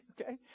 okay